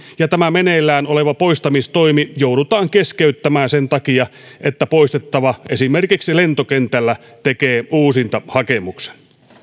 ja tämä meneillään oleva poistamistoimi joudutaan keskeyttämään sen takia että poistettava esimerkiksi lentokentällä tekee uusintahakemuksen